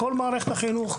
בכל מערכת החינוך,